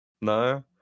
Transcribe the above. No